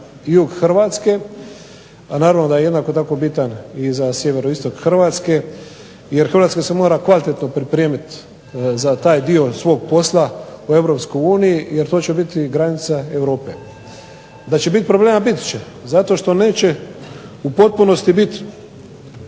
jug HRvatske, a naravno da je jednako tako bitan za sjeveroistok Hrvatske, jer Hrvatska se mora kvalitetno pripremiti za taj dio svog posla u EU, jer to će biti granica Europe. Da će biti problema, bit će, zato što neće u potpunosti biti